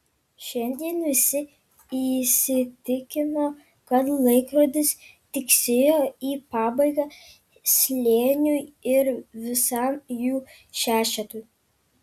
šiandien visi įsitikino kad laikrodis tiksėjo į pabaigą slėniui ir visam jų šešetui